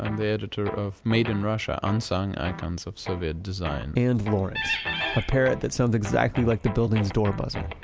and the editor of, made in russia unsung icons of soviet design. and lawrence the parrot that sounds exactly like the buildings door buzzer,